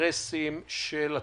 אינטרסים של הציבור.